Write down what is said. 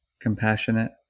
compassionate